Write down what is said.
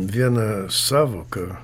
viena sąvoka